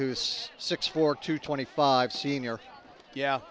who's six four to twenty five senior yeah